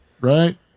Right